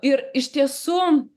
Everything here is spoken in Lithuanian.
ir iš tiesų